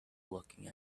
looking